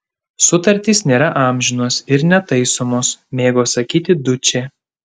sutartys nėra amžinos ir netaisomos mėgo sakyti dučė